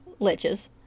liches